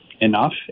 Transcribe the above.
enough